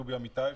דובי אמיתי,